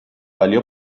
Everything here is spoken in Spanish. valió